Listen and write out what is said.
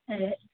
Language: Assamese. এই